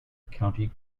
county